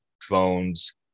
drones